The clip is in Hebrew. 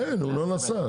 אין, הוא לא נסע.